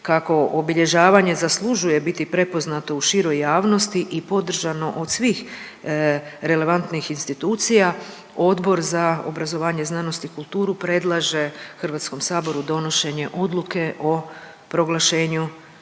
kako obilježavanje zaslužuje biti prepoznato u široj javnosti i podržano od svih relevantnih institucija, Odbor za obrazovanje, znanost i kulturu predlaže HS donošenje odluke o proglašenju